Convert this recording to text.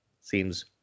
seems